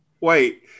Wait